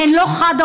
הן לא חד-הוריות,